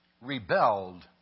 rebelled